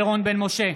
זועבי,